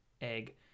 egg